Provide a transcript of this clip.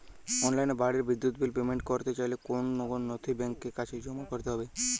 অনলাইনে বাড়ির বিদ্যুৎ বিল পেমেন্ট করতে চাইলে কোন কোন নথি ব্যাংকের কাছে জমা করতে হবে?